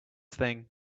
thing